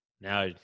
Now